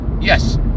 Yes